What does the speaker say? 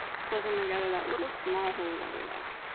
closing together that little small hole that we left